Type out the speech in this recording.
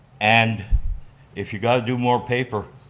and if you got to do more paper,